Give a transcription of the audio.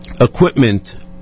equipment